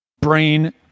brain